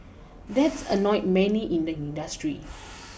that's annoyed many in the industry